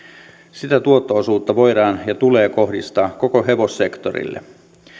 sitä tuotto osuutta voidaan ja tulee kohdistaa koko hevossektorille